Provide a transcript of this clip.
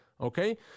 okay